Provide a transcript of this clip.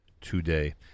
today